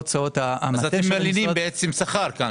אז אתם מלינים שכר כאן,